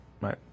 right